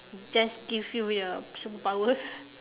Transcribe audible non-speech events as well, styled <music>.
just give you with a superpower <laughs>